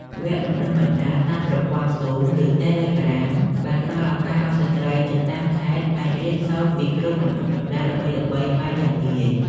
វគ្គបណ្តុះបណ្តាលតាមប្រព័ន្ធ Zoom ឬតេឡេក្រាម បានផ្ដល់ឱកាសឱ្យស្ត្រីនៅតាមខេត្តអាចរៀនសូត្រពីគ្រូបណ្ដុះបណ្ដាលល្បីៗបានយ៉ាងងាយ។